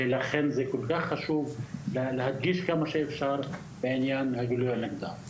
לכן זה כל כך חשוב להדגיש את העניין של הגילוי המוקדם.